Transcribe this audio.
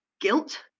guilt